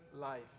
life